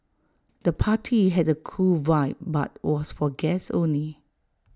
the party had A cool vibe but was for guests only